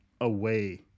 away